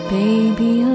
baby